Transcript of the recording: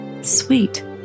sweet